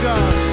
God